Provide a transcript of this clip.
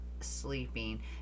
sleeping